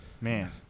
man